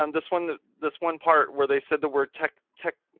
um this one that this one part where they said the word tech, tech,